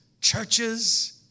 churches